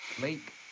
Lake